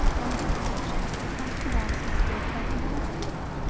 on this occasion, the front of the box was filled by her daughter-in-law,